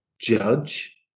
judge